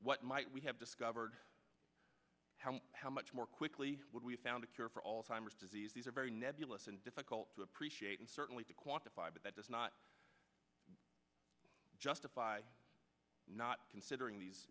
what might we have discovered how much more quickly would we found a cure for all timers disease these are very nebulous and difficult to appreciate and certainly to quantify but that does not justify not considering these